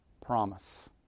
promise